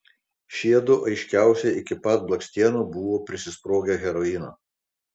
šiedu aiškiausiai iki pat blakstienų buvo prisisprogę heroino